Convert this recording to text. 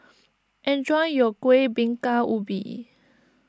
enjoy your Kueh Bingka Ubi